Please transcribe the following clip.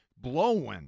Blowing